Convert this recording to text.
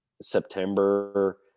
September